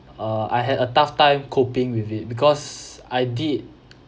uh I had a tough time coping with it because I did